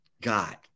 God